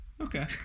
Okay